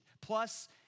plus